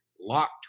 Locked